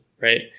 right